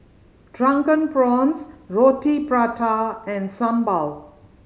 Drunken Prawns Roti Prata and sambal